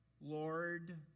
Lord